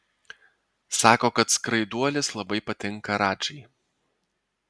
sako kad skraiduolis labai patinka radžai